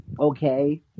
okay